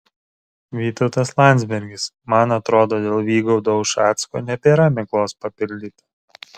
vytautas landsbergis man atrodo dėl vygaudo ušacko nebėra miglos papildyta